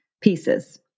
pieces